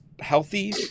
healthy